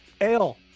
Ale